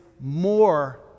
more